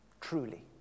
Truly